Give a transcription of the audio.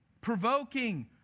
provoking